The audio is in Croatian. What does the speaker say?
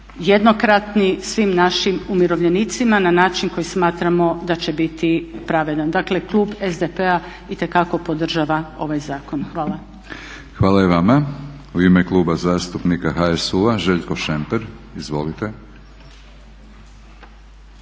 jednokratni svim našim umirovljenicima na način koji smatramo da će biti pravedan. Dakle Klub SDP-a itekako podržava ovaj zakon. Hvala. **Batinić, Milorad (HNS)** Hvala i vama. U ime Kluba zastupnika HSU-a Željko Šemper. Izvolite.